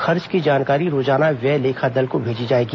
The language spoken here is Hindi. खर्च की जानकारी रोजाना व्यय लेखा दल को भेजी जाएगी